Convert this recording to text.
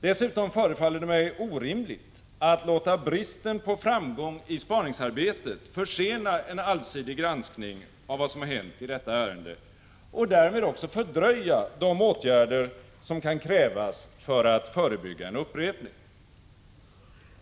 Dessutom förefaller det mig orimligt att låta bristen på framgång i spaningsarbetet försena en allsidig granskning av vad som hänt i detta ärende och därmed också fördröja de åtgärder som kan krävas för att förebygga en upprepning.